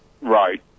Right